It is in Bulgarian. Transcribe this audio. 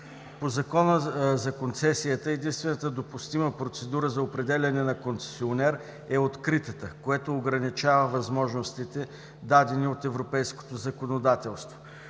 По Закона за концесиите единствената допустима процедура за определяне на концесионер е откритата, което ограничава възможностите, дадени от европейското законодателство.